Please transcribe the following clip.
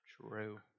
True